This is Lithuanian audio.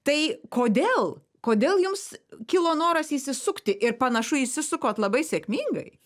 tai kodėl kodėl jums kilo noras įsisukti ir panašu įsisukot labai sėkmingai